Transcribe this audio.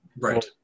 right